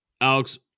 Alex